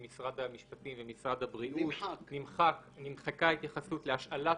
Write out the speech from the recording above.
משרד המשפטים ומשרד הבריאות נמחקה ההתייחסות להשאלת